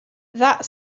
that